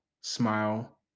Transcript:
smile